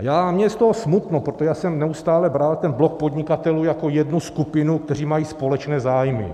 A mně je z toho smutno, protože já jsem neustále bral ten blok podnikatelů jako jednu skupinu, kteří mají společné zájmy.